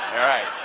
alright.